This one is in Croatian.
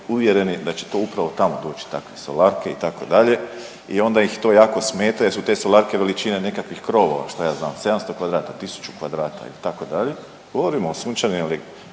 uvjereni da će to upravo tamo doći takve solarke itd. i onda ih to jako smeta jer su te solarke veličine nekakvih krovova šta ja znam 700 kvadrata, 1000 kvadrata itd. Govorim o sunčanim električnim